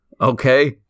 okay